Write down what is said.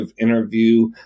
interview